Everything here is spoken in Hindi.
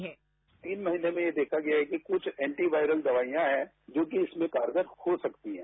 साउंड बाईट तीन महीने में यह देखा गया है कि कुछ एंटी वायरल दवाइयां हैं जो कि इसमें कारगर हो सकती हैं